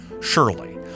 Surely